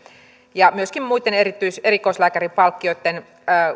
ja myöskin muitten erikoislääkäripalkkioitten